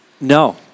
No